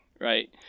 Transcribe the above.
right